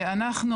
אנחנו,